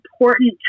important